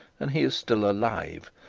and he is still alive,